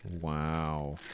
Wow